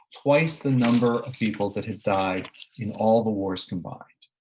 twice the number of people that had died in all the wars combined.